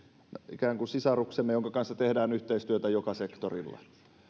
ikään kuin sisaruksemme jonka kanssa tehdään yhteistyötä joka sektorilla